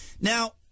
Now